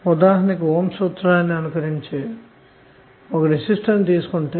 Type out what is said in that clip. ఉదాహరణకి OHMs సూత్రాన్ని అనుకరించే ఒక రెసిస్టర్ను తీసుకొంటె